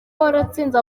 waratsinze